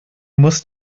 musst